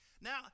Now